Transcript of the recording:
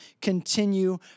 Continue